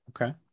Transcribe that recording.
okay